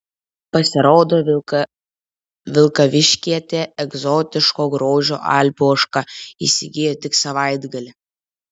pasirodo vilkaviškietė egzotiško grožio alpių ožką įsigijo tik savaitgalį